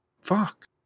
fuck